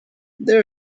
there